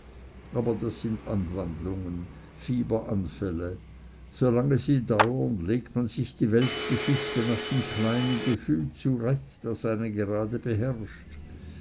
aber das sind anwandlungen fieberanfälle solange sie dauern legt man sich die weltgeschichte nach dem kleinen gefühl zurecht das einen gerade beherrscht